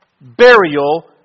burial